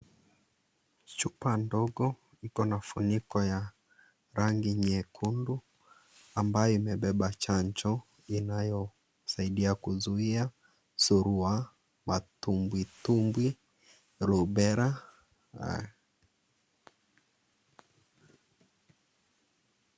Chupa ndogo iko na ufuniko ya rangi nyekundu ambayo imebeba chanjo inayosaidia kuzuia surua, matumbwitumbwi, lubera.